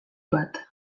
bat